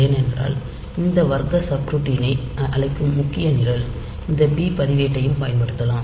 ஏனென்றால் இந்த வர்க்க சப்ரூட்டீனை அழைக்கும் முக்கிய நிரல் இந்த பி பதிவேட்டையும் பயன்படுத்தலாம்